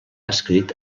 escrit